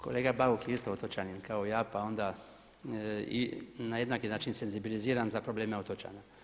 Kolega Bauk je isto otočanin kao ja pa onda na jednaki način senzibiliziran za probleme otočana.